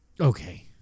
Okay